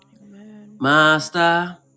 master